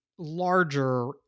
larger